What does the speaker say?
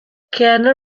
kerner